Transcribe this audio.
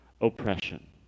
oppression